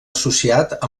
associat